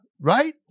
right